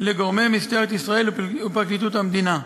לגורמי משטרת ישראל ופרקליטות המדינה.